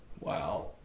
wow